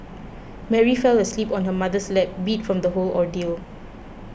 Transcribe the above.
Mary fell asleep on her mother's lap beat from the whole ordeal